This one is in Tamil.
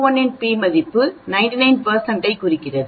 01 இன் p 99 ஐ குறிக்கிறது